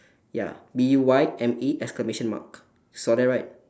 ya B U Y M E exclamation mark you saw that right